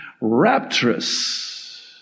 rapturous